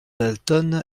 dalton